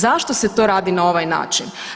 Zašto se to radi na ovaj način?